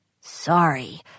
Sorry